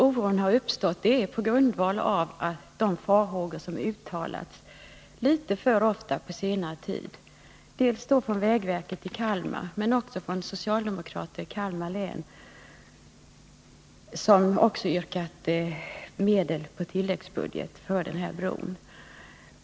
Oron har uppstått på grund av de farhågor som under senare tid har uttalats litet för ofta dels av vägverket i Kalmar, dels också av socialdemokrater i Kalmar län som yrkat på medel på tilläggsbudget för den här bron.